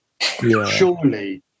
surely